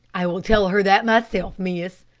i'll tell her that myself, miss,